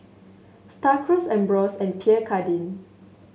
Star Cruise Ambros and Pierre Cardin